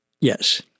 Yes